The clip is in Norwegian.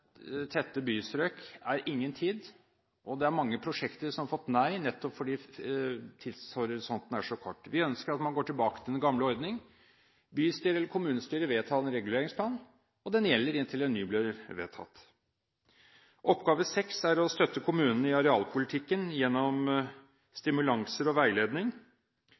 tette bystrøk er ingen tid. Det er mange prosjekter som har fått nei nettopp fordi tidshorisonten er så kort. Vi ønsker at man går tilbake til den gamle ordningen: Bystyret eller kommunestyret vedtar en reguleringsplan, og den gjelder inntil en ny blir vedtatt. Oppgave seks er å støtte kommunen i arealpolitikken gjennom stimulanser og veiledning.